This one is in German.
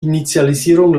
initialisierung